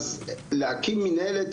אז להקים מנהלת,